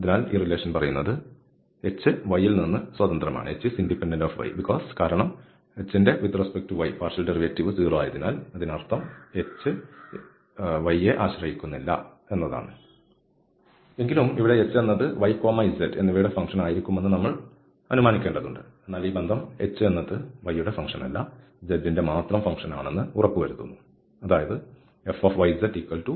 അതിനാൽ ഈ ബന്ധം പറയുന്നത് y ൽ നിന്ന് സ്വതന്ത്രമാണ് h അതായത് h എന്നത് y നെ ആശ്രയിക്കുന്നില്ല എങ്കിലും ഇവിടെ h എന്നത് y z എന്നിവയുടെ ഫംഗ്ഷൻ ആയിരിക്കുമെന്ന് നമ്മൾ അനുമാനിക്കുന്നു എന്നാൽ ഈ ബന്ധം h എന്നത് y യുടെ ഫംഗ്ഷനല്ല z ന്റെ മാത്രം ഫംഗ്ഷൻ ആണെന്ന് ഉറപ്പുവരുത്തുന്നു അതായത് fyzh